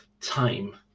time